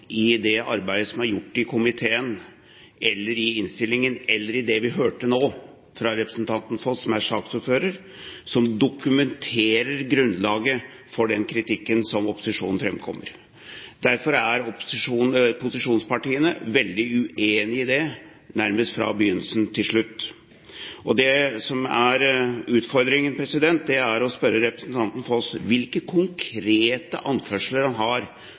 i det arbeidet som er gjort i komiteen, i innstillingen, eller i det vi nå hørte fra representanten Foss, som er saksordfører, som dokumenterer grunnlaget for den kritikken som opposisjonen kommer med. Derfor er posisjonspartiene veldig uenig i det, nærmest fra begynnelse til slutt. Det som er utfordringen, er å spørre representanten Foss om hvilke konkrete anførsler han har